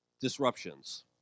disruptions